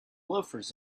loafers